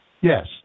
Yes